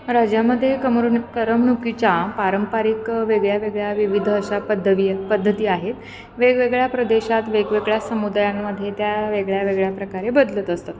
राज्यामध्ये कमरुनी करमणुकीच्या पारंपरिक वेगळ्या वेगळ्या विविध अशा पद्धवीय पद्धती आहेत वेगवेगळ्या प्रदेशात वेगवेगळ्या समुदायांमध्ये त्या वेगळ्या वेगळ्या प्रकारे बदलत असतात